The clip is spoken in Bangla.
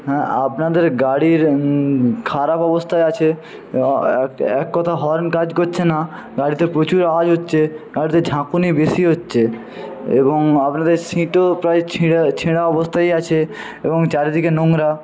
হ্যাঁ আপনাদের গাড়ির খারাপ অবস্থায় আছে এক কথা হর্ন কাজ করছে না গাড়িতে প্রচুর আওয়াজ হচ্ছে আর যে ঝাঁকুনি বেশি হচ্ছে এবং আপনাদের সিটও প্রায় ছেঁড়া ছেঁড়া অবস্থায় আছে এবং চারিদিকে নোংরা